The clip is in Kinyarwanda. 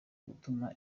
gutuma